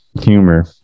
humor